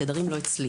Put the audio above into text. התדרים לא אצלי,